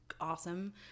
awesome